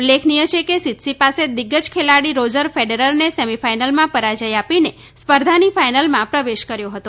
ઉલ્લેખનિથ છે કે સિતસિતપાસે દિગ્ગજ ખેલાડી રોજર ફેડરરને સેમિફાઈનલમાં પરાજય આપીને સ્પર્ધાની ફાઈનલમાં પ્રવેશ કર્યો હતો